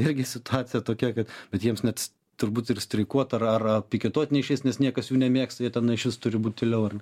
irgi situacija tokia kad bet jiems net turbūt ir streikuot ar piketuot neišeis nes niekas jų nemėgsta jie ten išvis turi būt tyliau